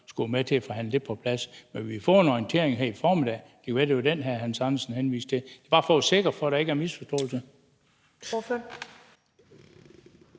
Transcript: skulle være med til at forhandle det på plads. Men vi har fået en orientering her til formiddag, og det kan være, at det var den, hr. Hans Andersen henviste til. Det er bare for at være sikker på, at der ikke er misforståelser.